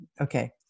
Okay